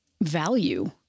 value